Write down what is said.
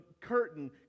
curtain